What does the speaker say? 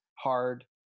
hard